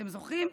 אתם זוכרים?